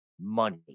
money